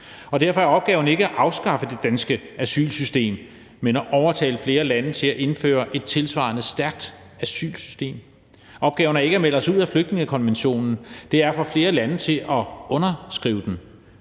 Derfor er opgaven ikke at afskaffe det danske asylsystem, men at overtale flere lande til at indføre et tilsvarende stærkt asylsystem. Opgaven er ikke at melde os ud af flygtningekonventionen. Det er at få flere lande til at underskrive den.